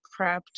prepped